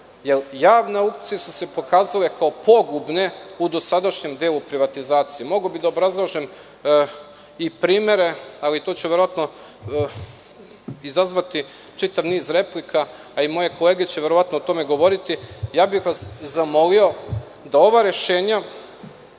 javna aukcija su se pokazale kao pogubne u dosadašnjem delu privatizacije. Mogao bih da obrazlažem i primere, ali to će verovatno izazvati čitav niz replika a i moje kolege će verovatno o tome govoriti. Zamolio bih vas da ova rešenja,